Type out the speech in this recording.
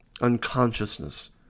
unconsciousness